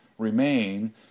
remain